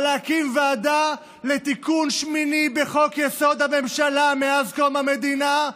אבל להקים ועדה לתיקון שמיני בחוק-יסוד: הממשלה מאז קום המדינה,